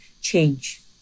change